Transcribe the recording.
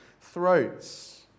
throats